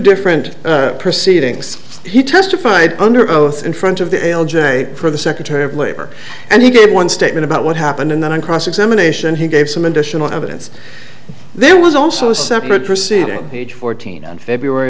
different proceedings he testified under oath in front of the l j for the secretary of labor and he gave one statement about what happened and then on cross examination he gave some additional evidence there was also a separate proceeding page fourteen on february